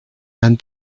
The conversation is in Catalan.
han